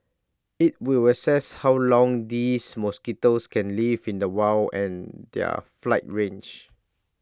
IT will assess how long these mosquitoes can live in the wild and their flight range